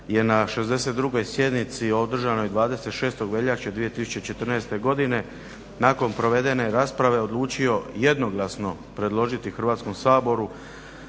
je na 62.sjednici održanoj 26.veljače 2014.godine nakon provedene rasprave odlučio jednoglasno predložiti Hrvatskom saboru